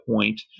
point